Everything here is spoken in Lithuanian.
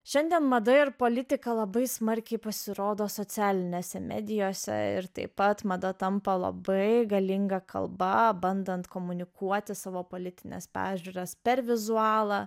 šiandien mada ir politika labai smarkiai pasirodo socialinėse medijose ir taip pat mada tampa labai galinga kalba bandant komunikuoti savo politines pažiūras per vizualią